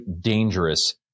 dangerous